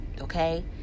okay